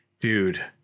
Dude